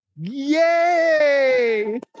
Yay